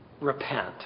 repent